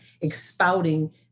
expounding